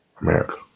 America